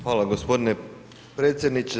Hvala gospodine predsjedniče.